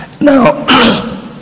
now